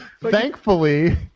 Thankfully